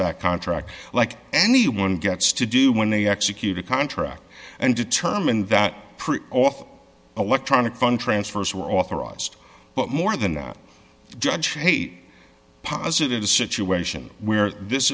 that contract like anyone gets to do when they execute a contract and determined that off electronic phone transfers were authorized but more than that judge hate posited a situation where this